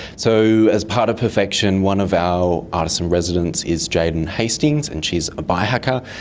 so as part of perfection, one of our artists in residence is jaden hastings, and she is a biohacker,